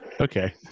Okay